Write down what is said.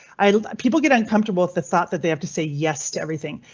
i mean people get uncomfortable with the thought that they have to say yes to everything.